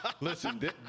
listen